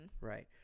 Right